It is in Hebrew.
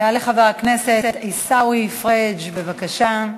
יעלה חבר הכנסת עיסאווי פריג', בבקשה.